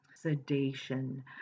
sedation